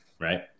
Right